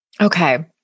Okay